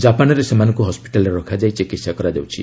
ଜାପାନରେ ସେମାନଙ୍କୁ ହସ୍କିଟାଲରେ ରଖାଯାଇ ଚିକିତ୍ସା କରାଯାଉଛି